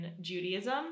Judaism